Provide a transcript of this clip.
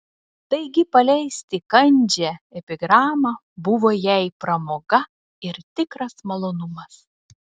taigi paleisti kandžią epigramą buvo jai pramoga ir tikras malonumas